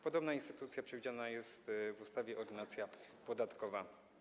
Podobna instytucja przewidziana jest w ustawie Ordynacja podatkowa.